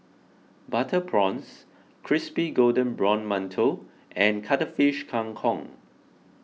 Butter Prawns Crispy Golden Brown Mantou and Cuttlefish Kang Kong